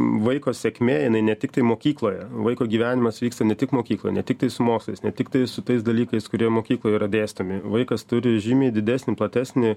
vaiko sėkmė jinai ne tiktai mokykloje vaiko gyvenimas vyksta ne tik mokykloj ne tik tais mokslais ne tiktai su tais dalykais kurie mokykloje yra dėstomi vaikas turi žymiai didesnį platesnį